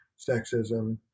sexism